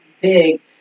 big